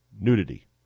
nudity